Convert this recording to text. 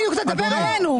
בדיוק, תדבר אלינו.